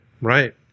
Right